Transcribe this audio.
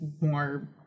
more